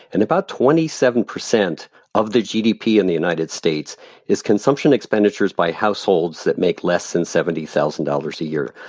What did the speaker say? and about twenty seven percent of the gdp in the united states is consumption expenditures by households that make less than seventy thousand dollars a year.